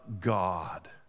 God